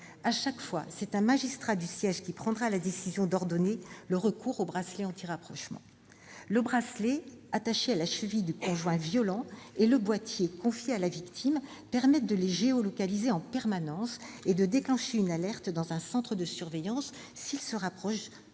Chaque fois, ce sera un magistrat du siège qui prendra la décision d'ordonner le recours au bracelet anti-rapprochement. Ce bracelet, attaché à la cheville du conjoint violent, et le boîtier, confié à la victime, permettent de géolocaliser en permanence l'un et l'autre, et de déclencher une alerte dans un centre de surveillance s'ils s'approchent